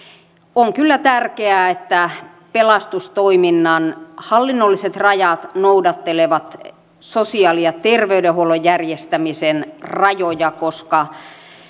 on kyllä tärkeää että pelastustoiminnan hallinnolliset rajat noudattelevat sosiaali ja terveydenhuollon järjestämisen rajoja koska